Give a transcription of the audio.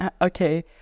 Okay